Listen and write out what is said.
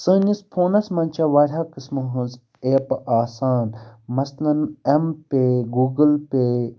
سٲنِس فونس منٛز چھےٚ واریاہ قٕسمو ہٕنٛز ایپہٕ آسان مثلاً اٮ۪م پے گوٗگٕل پے